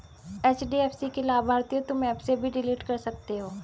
HDFC की लाभार्थियों तुम एप से भी डिलीट कर सकते हो